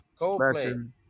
Coldplay